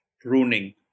pruning